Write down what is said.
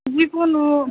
जिखुनु